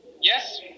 Yes